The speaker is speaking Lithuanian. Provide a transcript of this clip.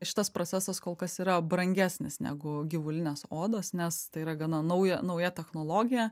šitas procesas kol kas yra brangesnis negu gyvulinės odos nes tai yra gana nauja nauja technologija